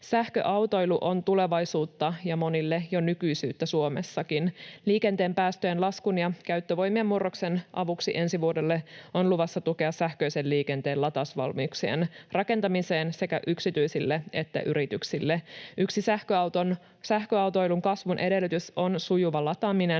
Sähköautoilu on tulevaisuutta ja monille jo nykyisyyttä Suomessakin. Liikenteen päästöjen laskun ja käyttövoimien murroksen avuksi ensi vuodelle on luvassa tukea sähköisen liikenteen latausvalmiuksien rakentamiseen sekä yksityisille että yrityksille. Yksi sähköautoilun kasvun edellytys on sujuva lataaminen,